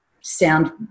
sound